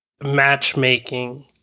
matchmaking